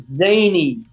zany